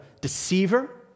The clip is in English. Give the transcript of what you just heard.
deceiver